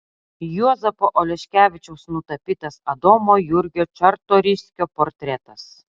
juozapo oleškevičiaus nutapytas adomo jurgio čartoriskio portretas